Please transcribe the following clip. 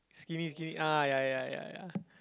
skinny skinny ah ya ya ya ya